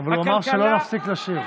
אבל הוא אמר שלא להפסיק לשיר.